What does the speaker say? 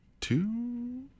two